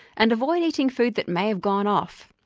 and avoid eating food that may have gone off.